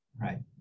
Right